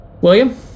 William